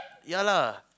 ya lah